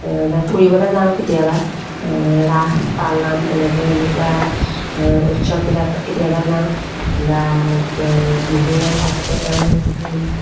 বা ফুৰিবলৈ যাওঁ কেতিয়াবা ৰাস পালনাম এনেকৈ এনেকুৱা উৎসৱবিলাকত কেতিয়াবা যাওঁ বা বিহুৱে সংক্ৰান্তিয়ে তেওঁ